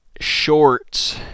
shorts